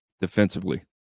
defensively